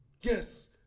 Yes